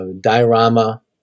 diorama